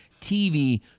TV